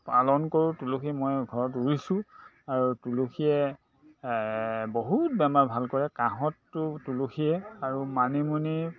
পালন কৰোঁ তুলসী মই ঘৰত ৰুইছোঁ আৰু তুলসীয়ে বহুত বেমাৰ ভাল কৰে কাঁহতটো তুলসীয়ে আৰু মানিমুনি